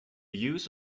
use